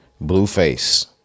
Blueface